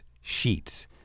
sheets